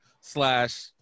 slash